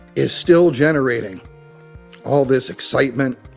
is still generating all this excitement.